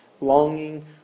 Longing